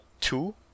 two